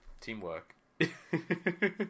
Teamwork